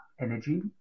energy